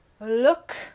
look